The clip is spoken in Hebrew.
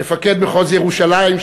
מפקד מחוז ירושלים,